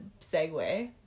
segue